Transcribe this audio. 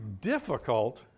Difficult